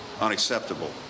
unacceptable